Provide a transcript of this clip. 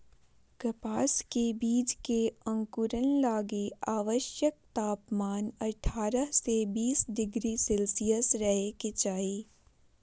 कपास के बीज के अंकुरण लगी आवश्यक तापमान अठारह से बीस डिग्री सेल्शियस रहे के चाही